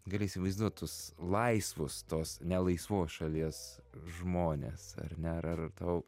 gali įsivaizduot tuos laisvus tos nelaisvos šalies žmones ar ne ar ar tau